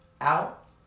out